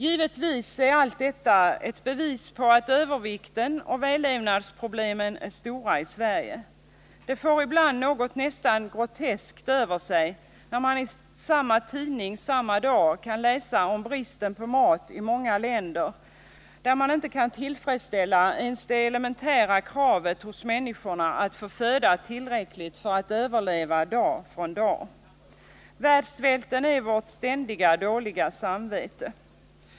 Givetvis är allt detta ett bevis på att övervikten och vällevnadsproblemen är stora i Sverige. Det får ibland något nästan groteskt över sig, när man i samma tidning samma dag kan läsa om bristen på mat i många länder där man inte kan tillfredsställa ens det elementära kravet hos människorna att få föda tillräckligt för att överleva från dag till dag. Världssvälten är vårt ständiga dåliga samvete.